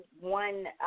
one